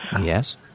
Yes